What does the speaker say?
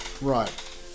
right